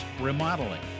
remodeling